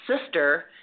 sister